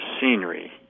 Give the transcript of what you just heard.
scenery